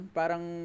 parang